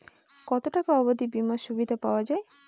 কত টাকা অবধি বিমার সুবিধা পাওয়া য়ায়?